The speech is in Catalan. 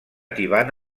tibant